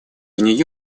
нью